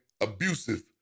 abusive